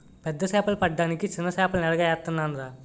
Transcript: పెద్ద సేపలు పడ్డానికి సిన్న సేపల్ని ఎరగా ఏత్తనాన్రా